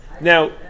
Now